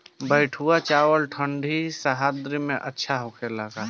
बैठुआ चावल ठंडी सह्याद्री में अच्छा होला का?